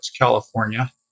California